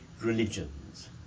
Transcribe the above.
religions